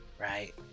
right